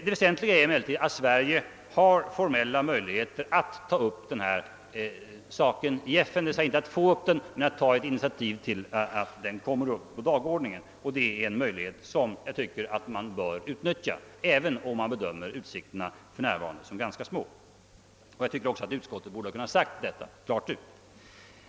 Det väsentliga är emellertid att Sverige har formella möjligheter att ta ett initiativ till att denna fråga kommer upp på FN:s dagordning. Det är en möjlighet som jag tycker att man bör utnyttja, även om man bedömer utsikterna för närvarande som ganska små. Jag tycker också att utskottet borde ha kunnat säga detta klart ut.